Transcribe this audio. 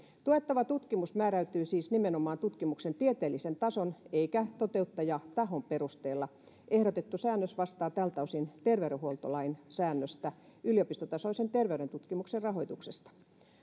tuettava tutkimus määräytyy siis nimenomaan tutkimuksen tieteellisen tason eikä toteuttajatahon perusteella ehdotettu säännös vastaa tältä osin terveydenhuoltolain säännöstä yliopistotasoisen terveyden tutkimuksen rahoituksesta